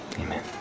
amen